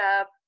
up